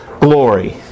glory